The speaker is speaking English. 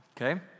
Okay